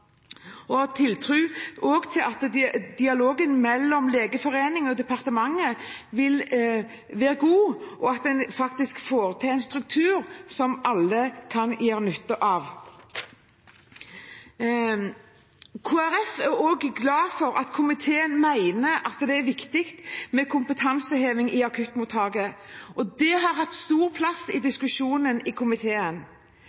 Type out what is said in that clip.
til at dialogen mellom Legeforeningen og departementet vil være god, og at en faktisk får til en struktur som alle kan gjøre seg nytte av. Kristelig Folkeparti er også glad for at komiteen mener det er viktig med kompetanseheving i akuttmottak, og det har hatt stor plass i diskusjonen i komiteen.